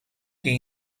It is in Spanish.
que